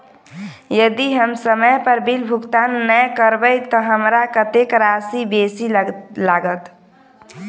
यदि हम समय पर बिल भुगतान नै करबै तऽ हमरा कत्तेक राशि बेसी लागत?